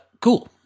cool